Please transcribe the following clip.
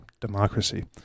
Democracy